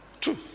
True